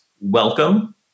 Welcome